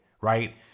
Right